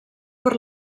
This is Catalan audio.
per